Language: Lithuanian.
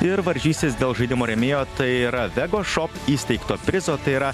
ir varžysis dėl žaidimo rėmėjo tai yra vegošop įsteigto prizo tai yra